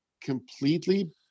completely